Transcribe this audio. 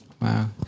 Wow